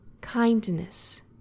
kindness